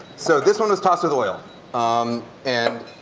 so this one is tossed with oil um and